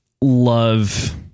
love